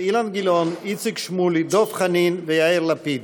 7692, 7693,